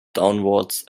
downwards